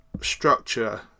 structure